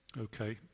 Okay